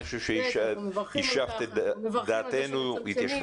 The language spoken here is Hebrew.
התיישבה דעתנו.